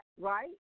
right